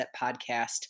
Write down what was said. Podcast